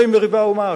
"מי מריבה ומעש",